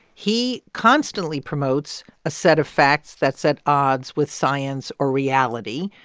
he constantly promotes a set of facts that's at odds with science or reality.